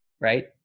right